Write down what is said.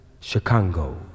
Chicago